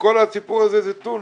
וכל הסיפור הזה הוא טונה.